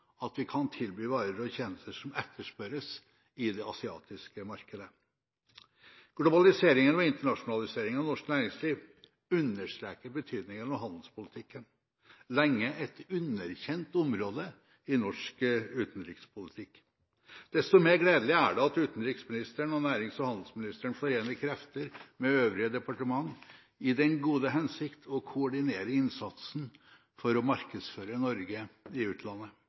at vi kan tilby varer og tjenester som etterspørres i det asiatiske markedet. Globaliseringen og internasjonaliseringen av norsk næringsliv understreker betydningen av handelspolitikken, som lenge var et underkjent område i norsk utenrikspolitikk. Desto mer gledelig er det at utenriksministeren og handels- og næringsministerens forener krefter med øvrige departement i den gode hensikt å koordinere innsatsen for å markedsføre Norge i utlandet.